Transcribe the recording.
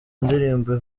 ndirimbo